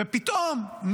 ופתאום,